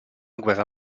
guerra